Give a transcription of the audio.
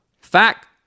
Fact